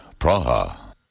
Praha. (